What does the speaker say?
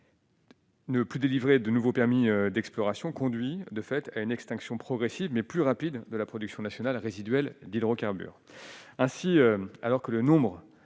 Ne plus délivrer de nouveaux permis d'exploration conduit de fait à une extinction progressive mais plus rapide de la production nationale résiduelle d'hydrocarbures